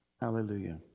Hallelujah